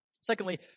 Secondly